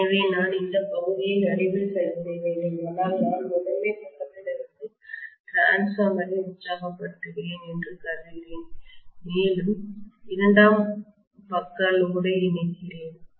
எனவே நான் இந்த பகுதியை நடுவில் சரிசெய்ய வேண்டும் ஆனால் நான் முதன்மை பக்கத்திலிருந்து ட்ரான்ஸ்ஃபார்மர் ஐ உற்சாகப்படுத்துகிறேன் என்று கருதுகிறேன் மேலும் இரண்டாம் பக்கலோடை இணைக்கிறேன்